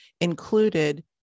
included